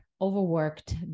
overworked